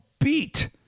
beat